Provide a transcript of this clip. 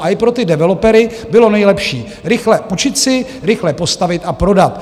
A i pro ty developery bylo nejlepší rychle půjčit si, rychle postavit a prodat.